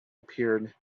appeared